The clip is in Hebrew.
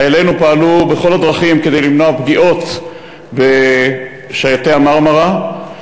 חיילינו פעלו בכל הדרכים כדי למנוע פגיעות בשייטי ה"מרמרה",